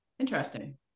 Interesting